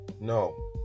no